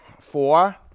four